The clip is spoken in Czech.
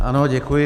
Ano, děkuji.